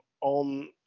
on